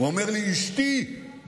הוא אומר לי: אשתי בבית.